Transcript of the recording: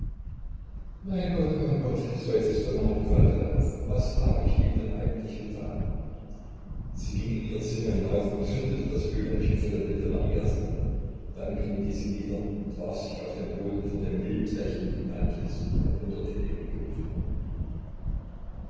mein gott mein gott seufzte marit qualvoll auf was habe ich ihm denn eigentlich getan sie ging in ihr zimmer hinauf und zündete das öllämpchen vor dem bilde marias an dann kniete sie nieder und warf sich auf den boden vor dem mildlächelnden antlitz der wundertätigen jungfrau